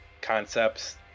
concepts